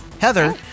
Heather